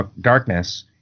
Darkness